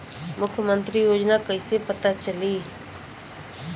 मुख्यमंत्री योजना कइसे पता चली?